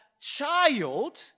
child